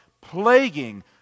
plaguing